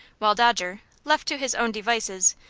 while dodger, left to his own devices,